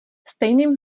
stejným